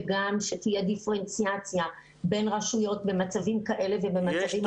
וגם שתהיה דיפרנציאציה בין רשויות במצבים כאלה ובמצבים